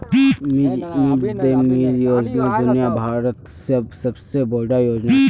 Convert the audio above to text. mid day meal योजना दुनिया भरत सबसे बोडो योजना छे